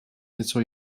něco